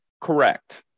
Correct